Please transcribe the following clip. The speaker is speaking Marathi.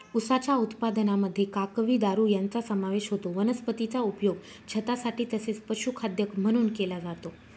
उसाच्या उत्पादनामध्ये काकवी, दारू यांचा समावेश होतो वनस्पतीचा उपयोग छतासाठी तसेच पशुखाद्य म्हणून केला जातो